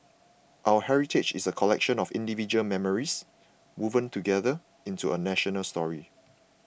our heritage is a collection of individual memories woven together into a national story